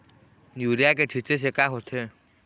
Urea के छींचे से का होथे?